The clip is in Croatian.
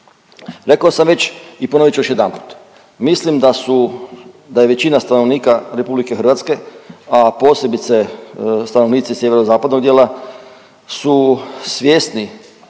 Rekao sam već i ponovit ću još jedanput. Mislim da su, da je većina stanovnika RH, a posebice stanovnici sjeverozapadnog dijela su svjesni